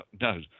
no